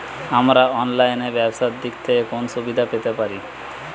আমরা অনলাইনে ব্যবসার দিক থেকে কোন সুবিধা পেতে পারি?